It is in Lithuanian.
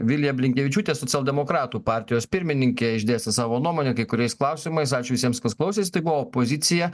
vilija blinkevičiūtė socialdemokratų partijos pirmininkė išdėstė savo nuomonę kai kuriais klausimaisačiū visiems kas klausėsi tai buvo opozicija